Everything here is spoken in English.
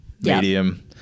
Medium